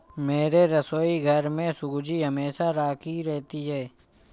मेरे रसोईघर में सूजी हमेशा राखी रहती है